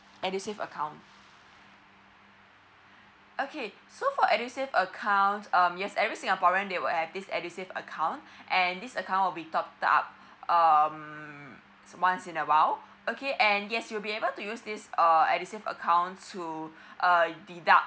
edusave account okay so for edusave accounts um yes every singaporean they will have this edusave account and this account will be topped up um it's once in a while okay and yes you'll be able to use this err edusave account to err deduct